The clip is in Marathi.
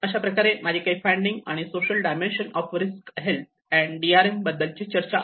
अशाप्रकारे माझे काही फाइंडिंग आणि social dimension of risk health and D R M बद्दलची चर्चा आहे